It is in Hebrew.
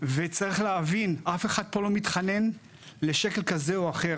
וצריך להבין שאף אחד פה לא מתחנן לשקל כזה או אחר.